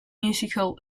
musical